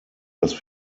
dass